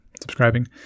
subscribing